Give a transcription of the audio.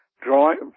drawing